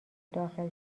داخل